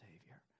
Savior